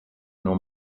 nor